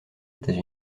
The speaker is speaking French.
états